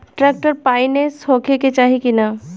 Tractor पाईनेस होखे के चाही कि ना?